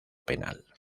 penal